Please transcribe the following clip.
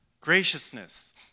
graciousness